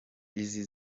izi